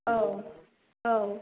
औ औ